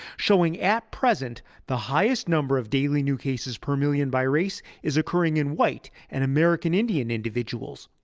showing at present the highest number of daily new cases per million by race is occurring in white and american indian individuals.